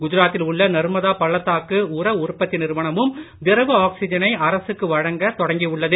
குஜராத்தில் உள்ள நர்மதா பள்ளத்தாக்கு உர உற்பத்தி நிறுவனமும் திரவ ஆக்சிஜனை அரசுக்கு வழங்கத் தொடங்கி உள்ளது